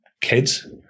kids